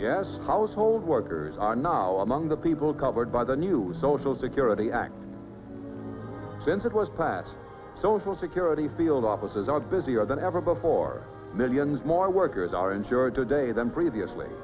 yes household workers are now among the people covered by the new social security act one since it was passed social security field offices are busier than ever before millions more workers are insured today than previously